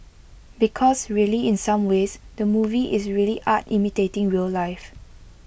because really in some ways the movie is really art imitating real life